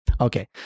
okay